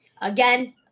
Again